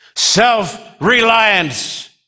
Self-reliance